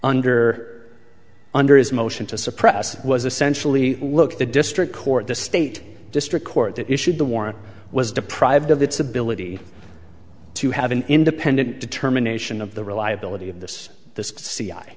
under under his motion to suppress was essentially look the district court the state district court that issued the warrant was deprived of its ability to have an independent determination of the reliability of this th